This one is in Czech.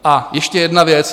A ještě jedna věc.